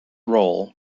role